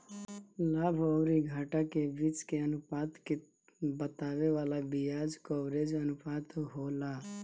लाभ अउरी घाटा के बीच के अनुपात के बतावे वाला बियाज कवरेज अनुपात होला